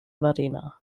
verena